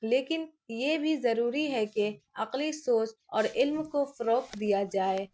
لیکن یہ بھی ضروری ہے کہ عقلی سوچ اور علم کو فروغ دیا جائے